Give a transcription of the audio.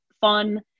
fun